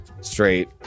straight